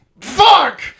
Fuck